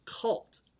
cult